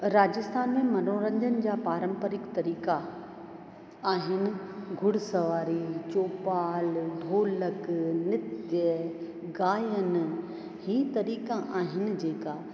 राजस्थान में मनोरंजन जा पारंपरिक तरीक़ा आहिनि घुड़ सवारी चौपाल ढोलक नृत्य गायन हीउ तरीक़ा आहिनि जेका